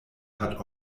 hat